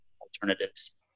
alternatives